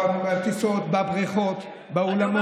בטיסות, בבריכות, באולמות.